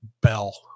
bell